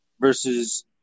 Versus